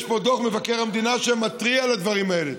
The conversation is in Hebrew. יש פה דוח מבקר המדינה שמתריע על הדברים האלה.